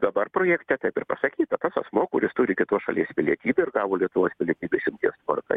dabar projekte taip ir pasakyta tas asmuo kuris turi kitos šalies pilietybę ir gavo lietuvos pilietybė išimties tvarka